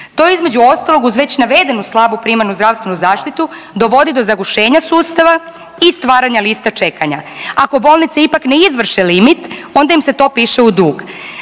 je između ostalog uz već navedenu slabu primarnu zdravstvenu zaštitu dovodi do zagušenja sustava i stvaranja lista čekanja. Ako bolnice ipak ne izvrše limit onda im se to piše u dug.